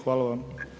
Hvala vam.